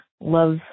love